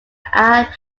had